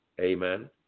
amen